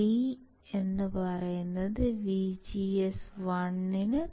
VGS3VGS1 ആണ്